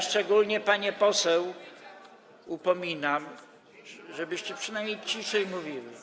Szczególnie panie posłanki upominam, żebyście przynajmniej ciszej mówiły.